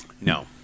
No